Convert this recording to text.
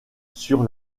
sur